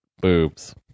boobs